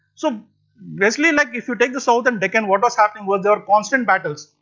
so basically like, if you take the south and deccan, what was happening was their constant battles.